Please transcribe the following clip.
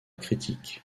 critique